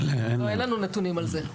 אין לנו נתונים על זה.